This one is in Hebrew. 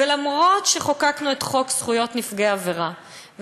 ולמרות שחוקקנו את חוק זכויות נפגעי עבירה,